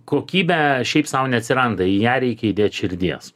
kokybę šiaip sau neatsiranda į ją reikia įdėt širdies